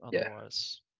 otherwise